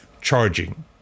charging